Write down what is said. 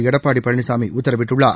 எடப்பாடி பழனிசாமி உத்தரவிட்டுள்ளார்